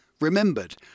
Remembered